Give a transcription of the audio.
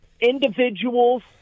individuals